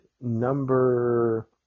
Number